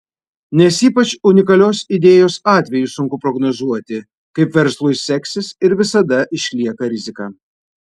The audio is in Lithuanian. nes ypač unikalios idėjos atveju sunku prognozuoti kaip verslui seksis ir visada išlieka rizika